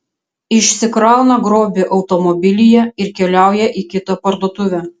išsikrauna grobį automobilyje ir keliauja į kitą parduotuvę